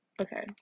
Okay